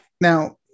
now